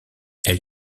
elle